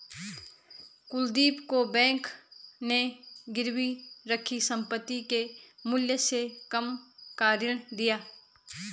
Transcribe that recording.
कुलदीप को बैंक ने गिरवी रखी संपत्ति के मूल्य से कम का ऋण दिया